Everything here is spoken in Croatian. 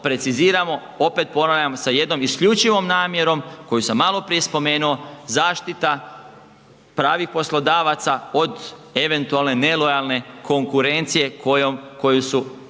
opet ponavljam sa jednom isključivom namjerom, koju sam maloprije spomenuo, zaštita pravih poslodavaca, od eventualne nelojalne konkurenciju kojoj su